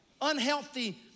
unhealthy